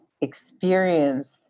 experience